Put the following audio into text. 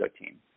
team